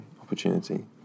opportunity